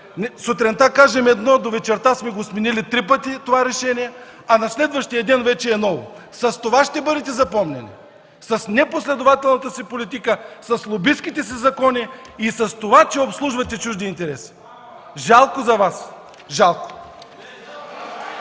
Сутринта кажем едно, до вечерта сме го сменили три пъти това решение, а на следващия ден вече е ново. С това ще бъдете запомнени – с непоследователната си политика, с лобистките си закони и с това, че обслужвате чужди интереси. Жалко за Вас! Жалко!